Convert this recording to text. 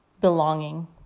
belonging